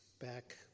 back